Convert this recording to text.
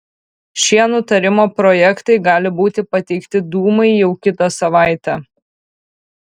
šie nutarimo projektai gali būti pateikti dūmai jau kitą savaitę